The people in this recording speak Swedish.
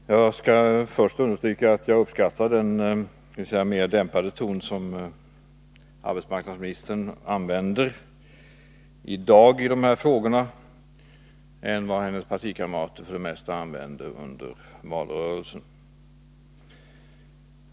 Herr talman! Jag skall först understryka att jag uppskattar den mer dämpade ton som arbetsmarknadsministern använder i dag i dessa frågor än den hennes partikamrater för det mesta använde under valrörelsen.